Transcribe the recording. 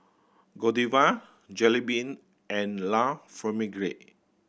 Godiva Jollibean and La Famiglia